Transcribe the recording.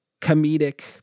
comedic